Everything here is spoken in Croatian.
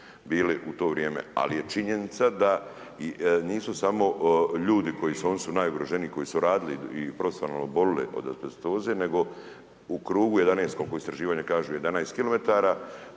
bili u to vrijeme, ali je činjenica da nisu samo ljudi koji, oni su najugroženiji koji su radili i profesionalno oboljeli od azbestoze, nego u krugu 11, kako istraživanje kaže, 11 kilometara,